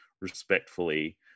respectfully